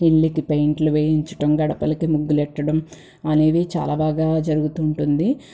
ఇళ్ళకి పెయింట్లు వేయించడం గడపలకి ముగ్గులెట్టడం అనేవి చాలా బాగా జరుగుతూ ఉంటుంది